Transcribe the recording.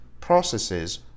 processes